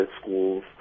schools